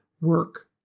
work